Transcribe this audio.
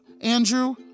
Andrew